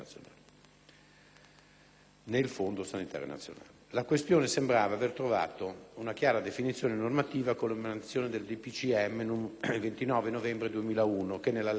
nel Fondo sanitario nazionale.